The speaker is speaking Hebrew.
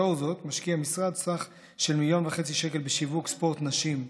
לאור זאת משקיע המשרד סך של 1.5 מיליון שקל בשיווק ספורט נשים,